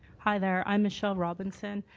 hi there. i'm michelle robinson.